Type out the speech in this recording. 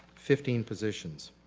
fifteen positions.